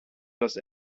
los